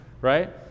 right